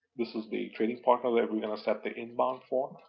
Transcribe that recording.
this is the trading partner that we're going to set the inbound for,